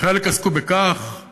חלק עסקו בכך שאת